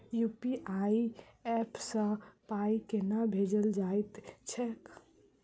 UPI app सँ पाई केना भेजल जाइत छैक?